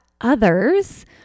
others